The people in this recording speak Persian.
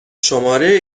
شماره